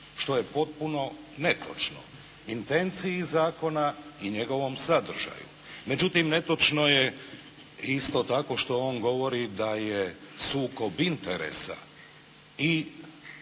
što je potpuno netočno, intenciji zakona i njegovom sadržaju. Međutim, netočno je isto tako što on govori da je sukob interesa i